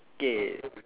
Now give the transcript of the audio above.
okay